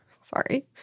Sorry